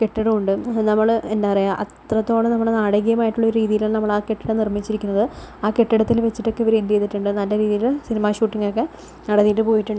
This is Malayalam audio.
കെട്ടിടം ഉണ്ട് നമ്മൾ എന്താ പറയുക അത്രത്തോളം നമ്മൾ നാടകീയമായിട്ടുള്ള ഒരു രീതിയിലാണ് നമ്മളാ കെട്ടിടം നിർമ്മിച്ചിരിക്കുന്നത് ആ കെട്ടിടത്തിൽ വച്ചിട്ടൊക്കെ ഇവര് എന്ത് ചെയ്തിട്ടുണ്ട് നല്ല രീതിയിൽ സിനിമ ഷൂട്ടിങ്ങൊക്കെ നടത്തിയിട്ട് പോയിട്ടുണ്ട്